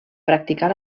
practicar